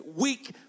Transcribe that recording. weak